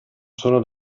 sono